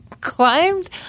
climbed